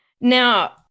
Now